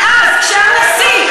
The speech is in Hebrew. ואז כשהנשיא,